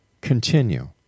continue